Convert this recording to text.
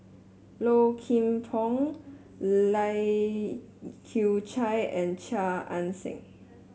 Low Kim Pong Lai Kew Chai and Chia Ann Siang